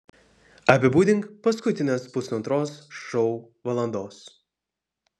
apibūdink paskutines pusantros šou valandos